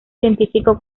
científico